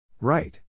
Right